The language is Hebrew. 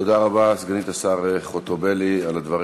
תודה רבה, סגנית השר חוטובלי, על הדברים.